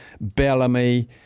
Bellamy